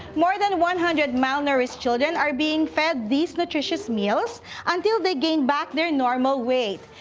more than one hundred malnourished children are being fed these nutritious meals until they gain back their normal weight.